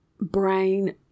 brain